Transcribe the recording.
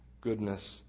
goodness